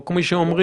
או כמו שאומרים,